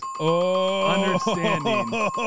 Understanding